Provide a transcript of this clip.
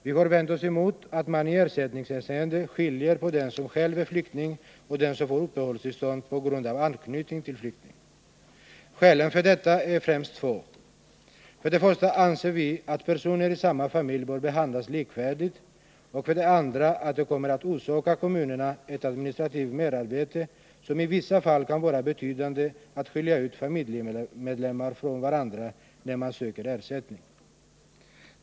Vi har vänt oss emot att man i ersättningshänseende skiljer på den som själv är flykting och den som får uppehållstillstånd på grund av anknytning till flykting. För det första anser vi att personer i samma familj bör behandlas likvärdigt, och för det andra kommer det att orsaka kommunerna ett administrativt merarbete, som i vissa fall kan vara betydande, att skilja familjemedlemmar från varandra när de söker ersättning.